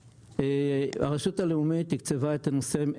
הרשות הלאומית תקצבה את הנושא.